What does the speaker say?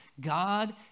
God